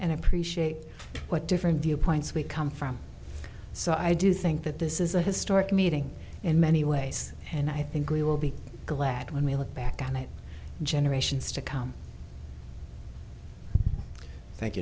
and appreciate what different viewpoints we come from so i do think that this is a historic meeting in many ways and i think we will be glad when we look back on it generations to come